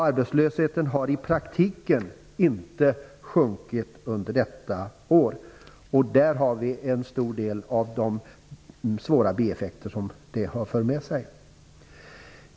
Arbetslösheten har i praktiken inte minskat under detta år. Där har vi en stor del av de svåra bieffekter som detta har fört med sig.